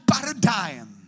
paradigm